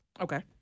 Okay